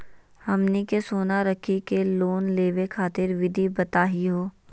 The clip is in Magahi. हमनी के सोना रखी के लोन लेवे खातीर विधि बताही हो?